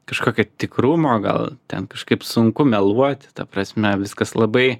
kažkokio tikrumo gal ten kažkaip sunku meluot ta prasme viskas labai